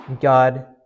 God